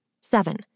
Seven